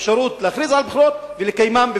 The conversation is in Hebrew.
אפשרות להכריז על בחירות ולקיימן.